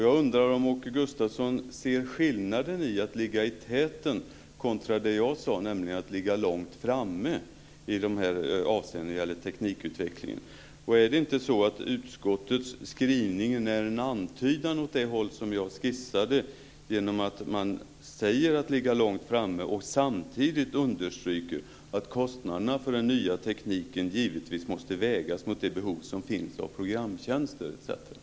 Jag undrar om Åke Gustavsson ser skillnaden mellan att ligga i täten och det jag sade, nämligen att ligga långt framme när det gäller teknikutvecklingen. Är det inte så att utskottets skrivning är en antydan åt det håll jag skissade eftersom man talar om att ligga långt framme samtidigt som man understryker att kostnaderna för den nya tekniken givetvis måste vägas mot det behov som finns av programtjänster, etc.